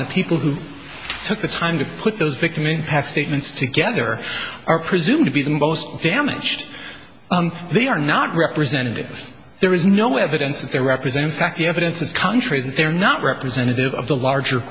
the people who took the time to put those victim impact statements together are presumed to be the most damaged they are not representative there is no evidence that they represent fact the evidence is country that they are not representative of the larger